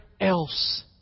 else